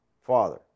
father